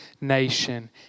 nation